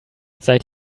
seit